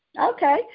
Okay